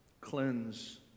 Cleanse